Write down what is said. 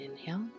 inhale